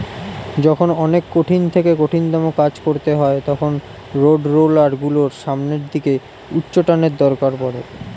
যখন অনেক কঠিন থেকে কঠিনতম কাজ করতে হয় তখন রোডরোলার গুলোর সামনের দিকে উচ্চটানের দরকার পড়ে